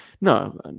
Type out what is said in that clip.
no